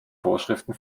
vorschriften